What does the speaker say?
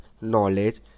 knowledge